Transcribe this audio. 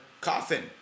coffin